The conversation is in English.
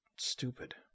Stupid